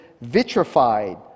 vitrified